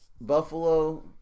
Buffalo